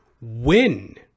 Win